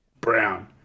brown